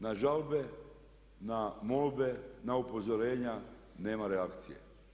Na žalbe, na molbe, na upozorenja nema reakcije.